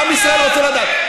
עם ישראל רוצה לדעת.